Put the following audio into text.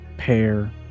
pair